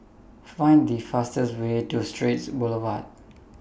Find The fastest Way to Straits Boulevard